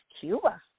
Cuba